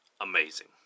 amazing